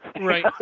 Right